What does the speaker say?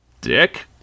Dick